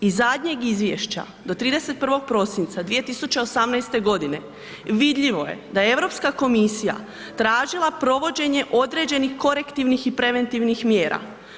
Iz zadnjeg izvješća do 31. prosinca 2018. godine vidljivo je da je Europska komisija tražila provođenje određenih korektivnih i preventivnih mjera.